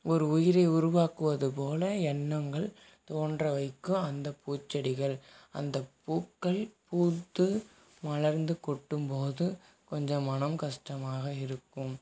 ஒரு உயிரை உருவாக்குவது போல் எண்ணங்கள் தோன்ற வைக்கும் அந்த பூச்செடிகள் அந்த பூக்கள் பூத்து மலர்ந்து கொட்டும் போது கொஞ்சம் மனம் கஷ்டமாக இருக்கும்